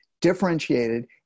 differentiated